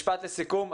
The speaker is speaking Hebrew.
משפט לסיכום.